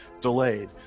delayed